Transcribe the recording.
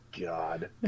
god